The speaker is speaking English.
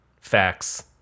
facts